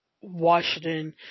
Washington